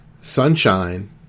sunshine